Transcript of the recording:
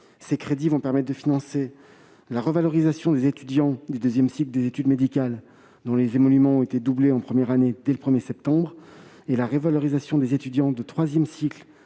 Ces crédits vont permettre de financer la revalorisation des étudiants de deuxième cycle des études médicales, dont les émoluments ont été doublés en première année dès le 1 septembre, et celle des étudiants de troisième cycle,